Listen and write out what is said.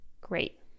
great